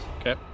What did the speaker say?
Okay